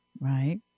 Right